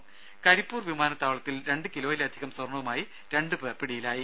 രംഭ കരിപ്പൂർ വിമാനത്താവളത്തിൽ രണ്ട് കിലോയിലധികം സ്വർണവുമായി രണ്ടു പേർ പിടിയിലായി